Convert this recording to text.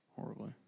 horribly